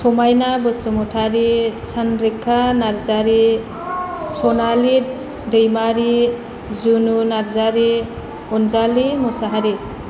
समायना बसुमतारी सानद्रिखा नार्जारी सनालि दैमारी जुनु नार्जारी अनजालि मुसाहारी